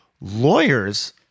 Lawyers